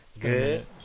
Good